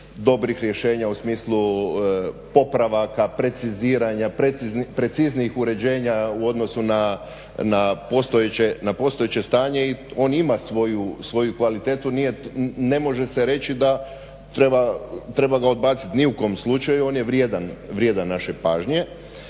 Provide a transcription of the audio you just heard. dobrih rješenja u smislu popravaka, preciziranja, preciznijih uređenja u odnosu na postojeće stanje i on ima svoju kvalitetu. Ne može se reći da treba ga odbacit, ni u kom slučaju. On je vrijedan naše pažnje.